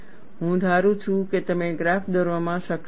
હું ધારું છું કે તમે ગ્રાફ દોરવામાં સક્ષમ છો